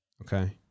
Okay